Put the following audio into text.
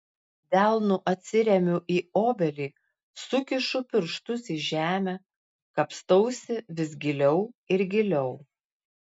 delnu atsiremiu į obelį sukišu pirštus į žemę kapstausi vis giliau ir giliau